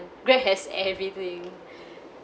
grab has everything